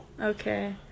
Okay